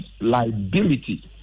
liability